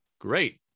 great